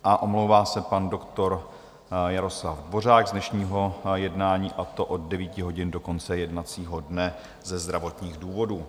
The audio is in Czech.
A omlouvá se pan doktor Jaroslav Dvořák z dnešního jednání, a to od 9 hodin do konce jednacího dne ze zdravotních důvodů.